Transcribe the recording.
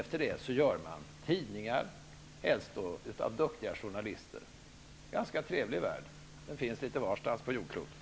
Efter det görs det tidningar, helst av duktiga journalister. Det är en ganska trevlig värld, som finns litet varstans på jordklotet.